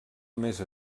més